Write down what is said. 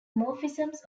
morphisms